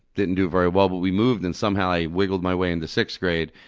didn't do very well, but we moved and somehow i wiggled my way into sixth grade,